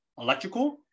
electrical